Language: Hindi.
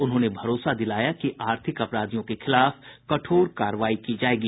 उन्होंने भरोसा दिलाया कि आर्थिक अपराधियों के खिलाफ कठोर कार्रवाई की जाएगी